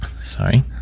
sorry